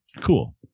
Cool